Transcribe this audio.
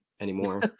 anymore